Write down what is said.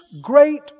great